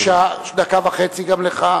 בבקשה, דקה וחצי גם לך.